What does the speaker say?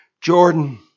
Jordan